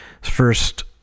first